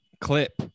clip